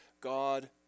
God